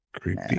Creepy